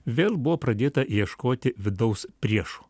vėl buvo pradėta ieškoti vidaus priešų